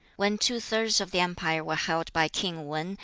when two-thirds of the empire were held by king wan,